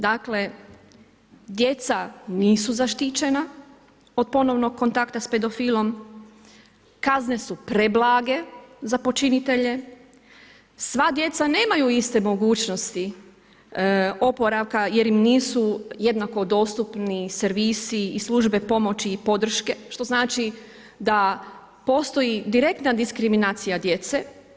Dakle, djeca nisu zaštićena od ponovnog kontakta sa pedofilom, kazne su preblage za počinitelje, sva djeca nemaju iste mogućnosti oporavka jer im nisu jednako dostupni servisi i službe pomoći i podrške što znači da postoji direktna diskriminacija djece.